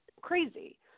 crazy